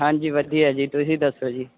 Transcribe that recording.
ਹਾਂਜੀ ਵਧੀਆ ਜੀ ਤੁਸੀਂ ਦੱਸੋ ਜੀ